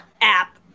app